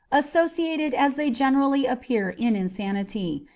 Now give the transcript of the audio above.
associated as they generally appear in insanity,